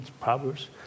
Proverbs